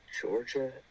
Georgia